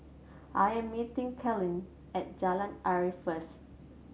I am meeting Carolynn at Jalan Arif first